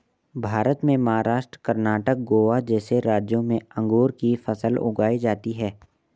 भारत में महाराष्ट्र, कर्णाटक, गोवा जैसे राज्यों में अंगूर की फसल उगाई जाती हैं